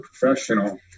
professional